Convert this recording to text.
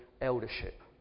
eldership